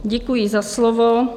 Děkuji za slovo.